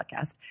podcast